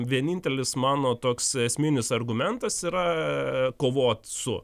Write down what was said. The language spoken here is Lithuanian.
vienintelis mano toks esminis argumentas yra kovot su